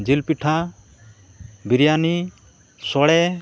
ᱡᱤᱞᱯᱤᱴᱷᱟᱹ ᱵᱤᱨᱭᱟᱱᱤ ᱥᱳᱲᱮ